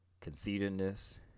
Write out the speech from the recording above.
conceitedness